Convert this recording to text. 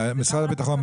משרד הביטחון,